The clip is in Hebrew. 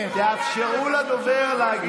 תאפשרו לדובר להגיד את דברו.